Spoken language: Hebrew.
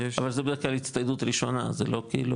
אבל זה בדרך כלל הצטיידות ראשונה, זה לא כאילו.